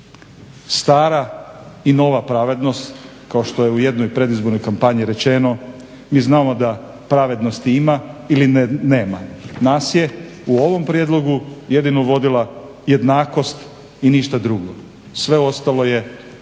stara i nova pravednost kao što je u jednoj predizbornoj kampanji rečeno. Mi znamo da pravednosti ima ili nema. Nas je u ovom prijedlogu jedino vodila jednakost i ništa drugo. Sve ostalo je